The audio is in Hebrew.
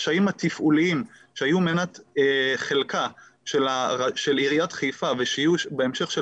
הקשיים התפעוליים שהיו מנת חלקה של עיריית חיפה ושיהיו בהמשך של